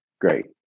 Great